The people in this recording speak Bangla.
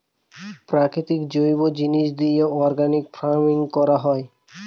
প্রাকৃতিক জৈব জিনিস দিয়ে অর্গানিক ফার্মিং করে